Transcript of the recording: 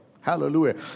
Hallelujah